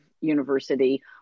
university